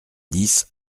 dix